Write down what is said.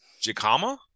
Jicama